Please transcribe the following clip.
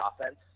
offense